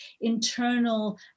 internal